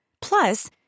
Plus